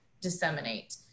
disseminate